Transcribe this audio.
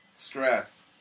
stress